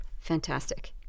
Fantastic